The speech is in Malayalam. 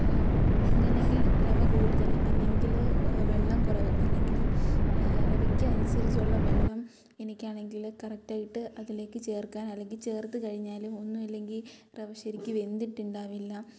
ഒന്നല്ലെങ്കിൽ റവ കൂടുതൽ അല്ലെങ്കിൽ വെള്ളം കുറവ് അല്ലെങ്കിൽ റവയ്ക്ക് അനുസരിച്ചുള്ള വെള്ളം എനിക്കാണെങ്കിൽ കറക്റ്റായിട്ട് അതിലേക്ക് ചേർക്കാൻ അല്ലെങ്കിൽ ചേർത്ത് കഴിഞ്ഞാലും ഒന്നുല്ലെങ്കിൽ റവ ശരിക്ക് വെന്തിട്ടുണ്ടാവില്ല